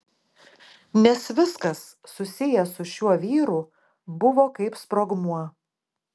nes viskas susiję su šiuo vyru buvo kaip sprogmuo